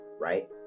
Right